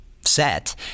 set